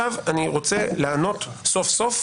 אני רוצה עכשיו לענות סוף סוף,